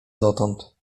dotąd